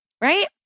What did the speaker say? right